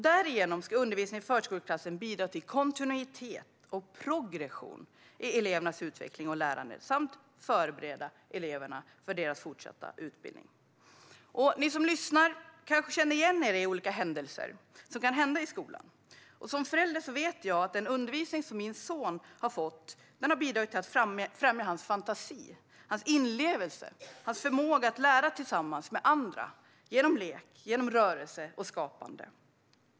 Därigenom ska undervisningen i förskoleklassen bidra till kontinuitet och progression i elevernas utveckling och lärande samt förbereda eleverna för deras fortsatta utbildning. Ni som lyssnar kanske känner igen er i olika händelser som kan inträffa i skolan. Som förälder vet jag att den undervisning min son fått har bidragit till att främja hans fantasi, inlevelse och förmåga att lära tillsammans med andra genom lek, rörelse och skapande.